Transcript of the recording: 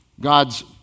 God's